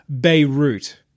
Beirut